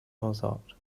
mozart